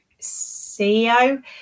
CEO